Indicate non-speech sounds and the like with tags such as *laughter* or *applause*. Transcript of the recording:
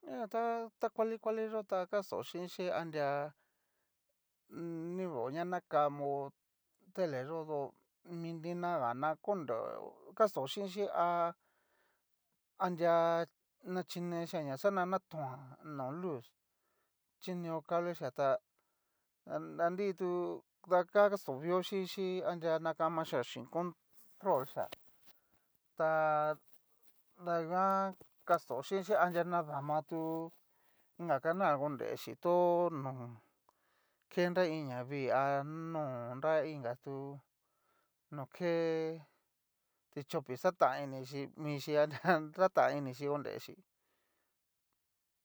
Ña jan ta ta kuali kuali yó, ta kasto chinxhi anria *hesitation* nrivao ña nakamo tele yoó dó mi dinaga na kastó xhinxhi anria na chinechia ña xa ña natoan no luz chineo cable xia ta nanritu d kasto vio xhinxhi aria nakamaxhia xhín control xia, tada nguan kasto xhinxhi anria nadama tú inka canal conrexi tó ho no ke nra iin ña vii ha, no nra inka tú no ké ti xhopi xata inixhi michi *laughs* anri xatan inixhí korechí.